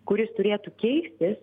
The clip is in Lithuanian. kuris turėtų keistis